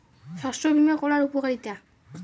শস্য বিমা করার উপকারীতা?